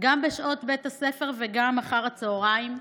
גם בשעות בית הספר וגם אחר הצוהריים.